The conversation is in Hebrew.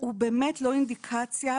הוא באמת לא אינדיקציה,